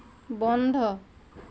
বন্ধ